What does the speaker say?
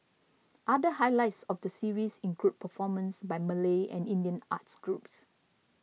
other highlights of the series include performances by Malay and Indian arts groups